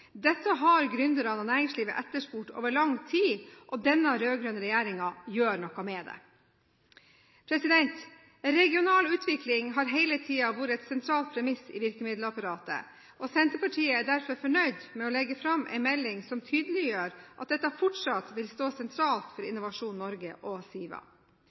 Dette har gründerne og næringslivet etterspurt over lang tid. Denne rød-grønne regjeringen gjør noe med det. Regional utvikling har hele tiden vært et sentralt premiss i virkemiddelapparatet, og Senterpartiet er derfor fornøyd med å legge fram en melding som tydeliggjør at dette fortsatt vil stå sentralt for Innovasjon Norge og SIVA.